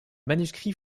manuscrit